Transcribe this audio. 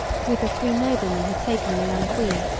whither three noblemen had taken the young queen.